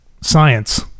science